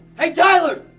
hey, tyler.